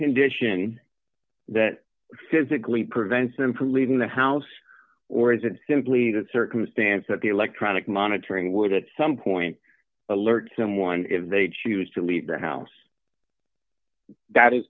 condition that physically prevents them from leaving the house or is it simply the circumstance that the electronic monitoring would at some point alert someone if they choose to leave the house that is